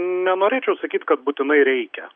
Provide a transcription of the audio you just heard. nenorėčiau sakyt kad būtinai reikia